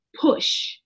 push